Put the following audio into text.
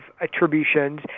attributions